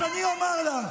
אז אני אומר לך,